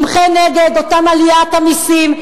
ימחה נגד אותה עליית מסים,